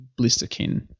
Blisterkin